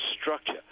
structure